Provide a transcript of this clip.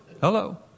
Hello